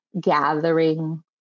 gathering